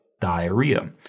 diarrhea